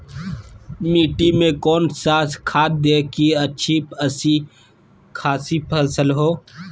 मिट्टी में कौन सा खाद दे की अच्छी अच्छी खासी फसल हो?